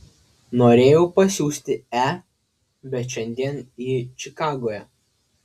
norėjau pasiųsti e bet šiandien ji čikagoje